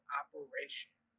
operation